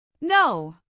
No